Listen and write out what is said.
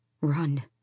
Run